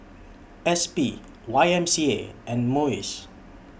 S P Y M C A and Muis